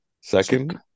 second